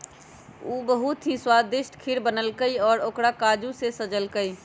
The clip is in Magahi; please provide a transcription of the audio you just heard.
उ बहुत ही स्वादिष्ट खीर बनल कई और ओकरा काजू से सजल कई